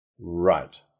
Right